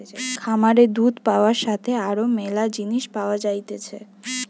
খামারে দুধ পাবার সাথে আরো ম্যালা জিনিস পাওয়া যাইতেছে